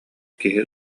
киһи